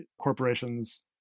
corporations